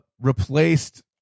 replaced